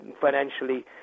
financially